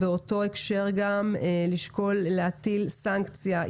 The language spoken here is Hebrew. באותו הקשר לשקול להטיל סנקציה,